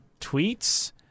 tweets